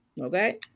Okay